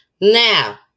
Now